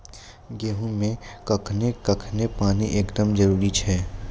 गेहूँ मे कखेन कखेन पानी एकदमें जरुरी छैय?